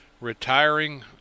Retiring